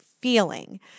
feeling